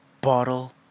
Bottle